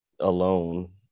Alone